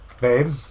Babe